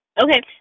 Okay